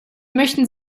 möchten